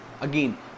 again